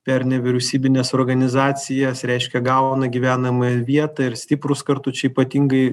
per nevyriausybines organizacijas reiškia gauna gyvenamąją vietą ir stiprūs kartu čia ypatingai